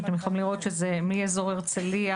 שאתם יכולים לראות שזה מאזור הרצליה,